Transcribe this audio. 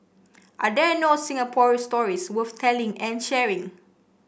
are there no Singapore stories worth telling and sharing